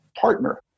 partner